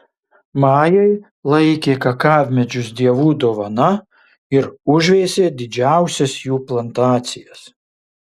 majai laikė kakavmedžius dievų dovana ir užveisė didžiausias jų plantacijas